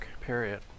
period